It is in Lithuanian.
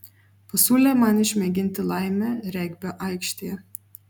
pasiūlė man išmėginti laimę regbio aikštėje